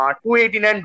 289